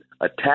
attack